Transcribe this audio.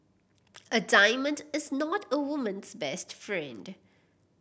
a diamond is not a woman's best friend